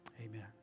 Amen